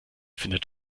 findet